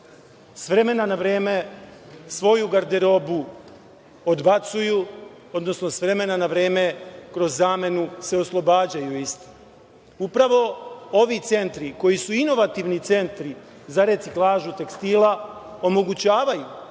s vremena na vreme svoju garderobu odbacuju, odnosno s vremena na vreme kroz zamenu se oslobađaju istih. Upravo ovi centri, koji su inovativni centri za reciklažu tekstila, omogućavaju